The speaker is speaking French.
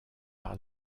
par